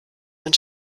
man